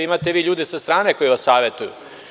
Imate vi ljude sa strane koji vas savetuju.